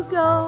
go